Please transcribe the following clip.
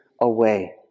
away